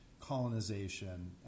colonization